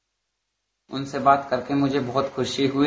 bite उनसे बात करके मुझे बहुत खुशी हुई